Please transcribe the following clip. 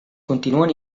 continuen